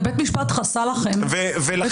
בית המשפט חסה את הדברים האלה?